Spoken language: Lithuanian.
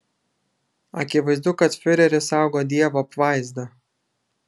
akivaizdu kad fiurerį saugo dievo apvaizda